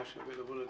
היה שווה לבוא לפה.